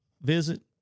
visit